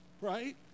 right